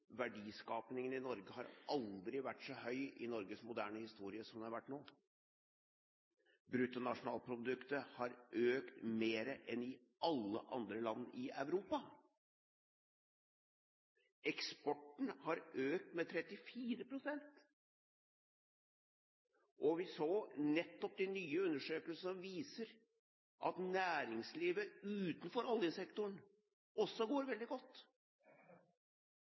har verdiskapingen i Norge aldri vært så høy i Norges moderne historie som det den har vært nå. Bruttonasjonalproduktet har økt mer enn i alle andre land i Europa. Eksporten har økt med 34 pst. Vi så nettopp de nye undersøkelsene som viser at næringslivet utenfor oljesektoren også går veldig godt.